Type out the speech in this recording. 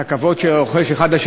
את הכבוד שהם רוחשים זה לזה,